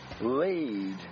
lead